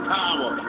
power